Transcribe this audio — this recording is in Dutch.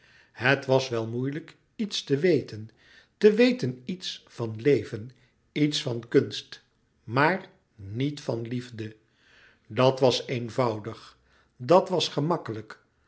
het was wel moeilijk iets te weten te weten iets van leven iets van kunst maar niet van liefde dat was eenvoudig dat was gemakkelijk